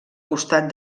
costat